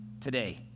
today